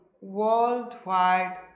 worldwide